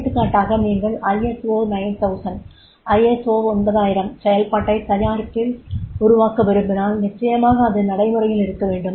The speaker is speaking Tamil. எடுத்துக்காட்டாக நீங்கள் ஐஎஸ்ஓ 9000 செயல்பாட்டில் தயாரிப்பை உருவாக்க விரும்பினால் நிச்சயமாக அது நடைமுறையில் இருக்க வேண்டும்